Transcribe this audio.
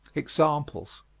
examples.